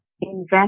invest